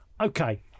okay